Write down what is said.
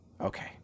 okay